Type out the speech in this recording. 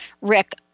rick